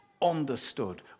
understood